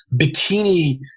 bikini